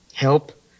Help